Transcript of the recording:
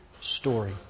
story